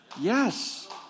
Yes